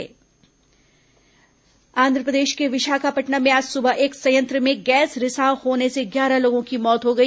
gas रिसाव आंध्रप्रदेश के विशाखापट्नम में आज सुबह एक संयंत्र में गैस रिसाव होने से ग्यारह लोगों की मौत हो गई